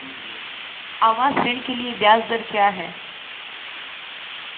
आवास ऋण के लिए ब्याज दर क्या हैं?